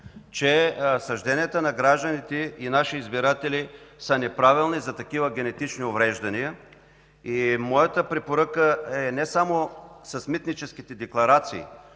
че съжденията на гражданите и наши избиратели са неправилни за такива генетични увреждания. Моята препоръка е не само с митническите декларации,